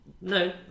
No